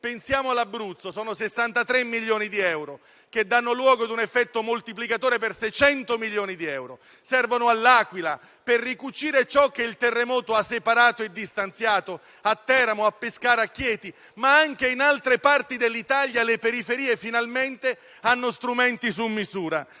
Pensiamo all'Abruzzo: si tratta di 63 milioni di euro, che danno luogo ad un effetto moltiplicatore per 600 milioni di euro. Servono all'Aquila, per ricucire ciò che il terremoto ha separato e distanziato, a Teramo, a Pescara, a Chieti, ma anche in altre parti dell'Italia, le periferie hanno finalmente strumenti su misura.